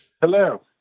Hello